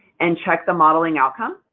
and check the modeling outcome?